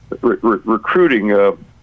recruiting